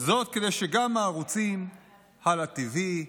כדי שגם הערוצים הלא TV,